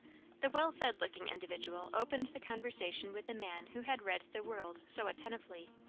the well-fed looking individual opened the conversation with the man who had read the world so attentively,